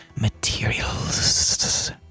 materials